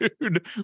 Dude